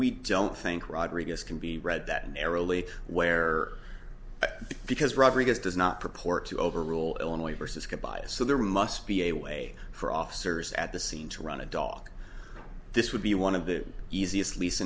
we don't think rodriguez can be read that narrowly where because rodriguez does not proport to overrule illinois versus good byes so there must be a way for officers at the scene to run a dog this would be one of the easiest least